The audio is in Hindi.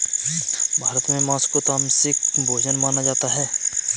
भारत में माँस को तामसिक भोजन माना जाता है